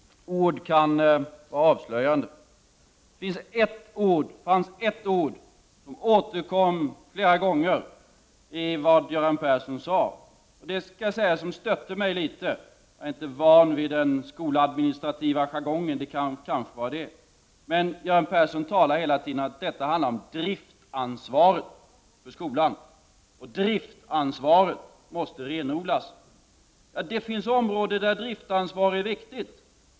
Ord kan vara avslöjande. Det var ett ord som återkom flera gånger i vad Göran Persson sade, och det störde mig litet. Jag är inte van vid den skoladministrativa jargongen — det kan kanske vara anledningen. Göran Persson talar hela tiden om att detta handlar om driftansvaret för skolan, att driftansvaret måste renodlas. Ja, det finns områden där driftansvar är viktigt.